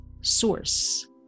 Source